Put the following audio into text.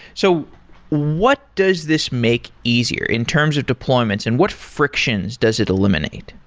so what does this make easier in terms of deployments, and what frictions does it eliminate?